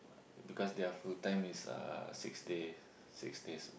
because their full time is uh six day six days